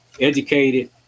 educated